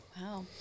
Wow